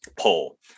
pull